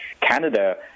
Canada